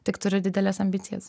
tik turiu dideles ambicijas